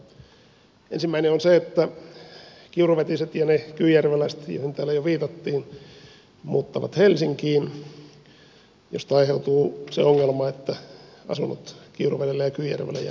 ensimmäinen on se että kiuruvetiset ja ne kyyjärveläiset joihin täällä jo viitattiin muuttavat helsinkiin mistä aiheutuu se ongelma että asunnot kiuruvedellä ja kyyjärvellä jäävät tyhjiksi